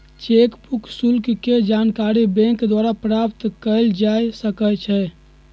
cheque book शुल्क के जानकारी बैंक द्वारा प्राप्त कयल जा सकइ छइ